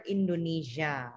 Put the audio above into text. Indonesia